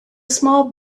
small